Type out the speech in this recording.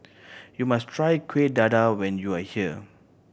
you must try Kuih Dadar when you are here